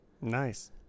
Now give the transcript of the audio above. Nice